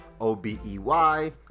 O-B-E-Y